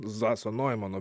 zaso noimano